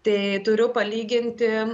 tai turiu palyginti